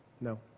no